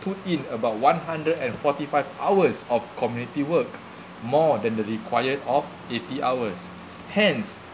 put in about one hundred and forty five hours of community work more than the required of eighty hours hence